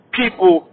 people